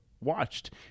watched